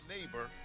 Neighbor